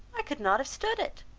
i could not have stood it.